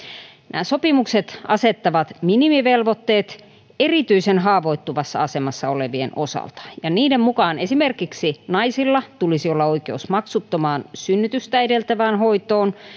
nämä sopimukset asettavat minimivelvoitteet erityisen haavoittuvassa asemassa olevien osalta ja niiden mukaan esimerkiksi naisilla tulisi olla oikeus maksuttomaan synnytystä edeltävään hoitoon